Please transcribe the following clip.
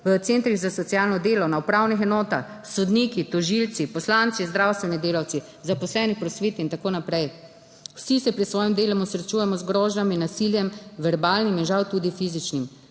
v centrih za socialno delo, na upravnih enotah, sodniki, tožilci, poslanci, zdravstveni delavci, zaposleni v prosveti in tako naprej, vsi se pri svojem delu srečujemo z grožnjami, nasiljem, verbalnim in žal tudi fizičnim.